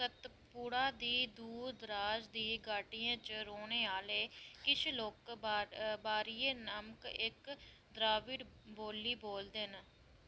सतपुड़ा दी दूर दराज दी घाटियें च रौह्ने आह्ले किश लोक बा बारिए नामक इक द्राविड़ बोली बोलदे न